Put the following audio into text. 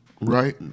Right